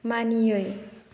मानियै